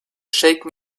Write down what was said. shaken